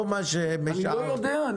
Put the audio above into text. אני לא יודע.